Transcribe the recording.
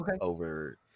over